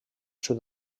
sud